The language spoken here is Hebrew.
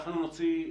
אפשר?